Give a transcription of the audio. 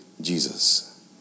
Jesus